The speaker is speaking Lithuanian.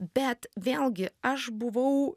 bet vėlgi aš buvau